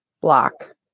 block